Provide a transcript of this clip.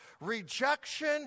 Rejection